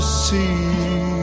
see